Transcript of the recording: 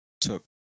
took